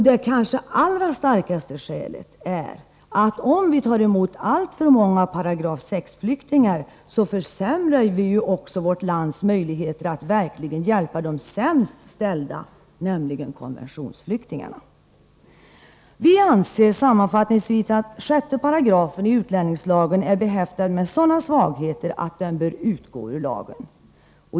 Det kanske allra starkaste skälet är att om man tar emot alltför många §6-flyktingar försämrar man också vårt lands möjligheter att hjälpa de sämst ställda, nämligen konventionsflyktingarna. Vi anser att 6§ utlänningslagen är behäftad med sådana svagheter att den bör utgå ur lagen.